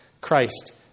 Christ